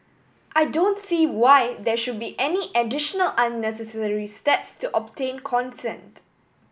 I don't see why there should be any additional unnecessary steps to obtain consent